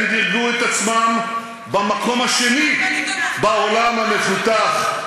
הם דירגו את עצמם במקום השני, בעולם המפותח,